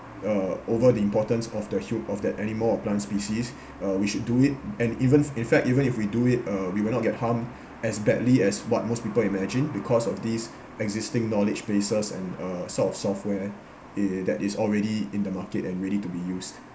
uh over the importance of the hu~ of the animal or plant species uh we should do it and even in fact even if we do it uh we will not get harmed as badly as what most people imagine because of these existing knowledge bases and uh sort of software err that is already in the market and ready to be used